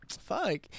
fuck